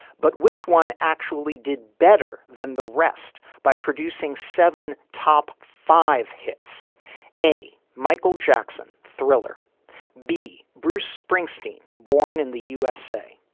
but which one actually did better than the rest by producing seven top five hits a michael jackson thriller b bruce springsteen born in the usa.